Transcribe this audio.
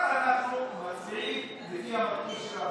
רק אנחנו מצביעים לפי המצפון שלנו.